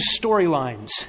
storylines